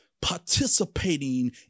participating